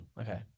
okay